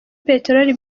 peteroli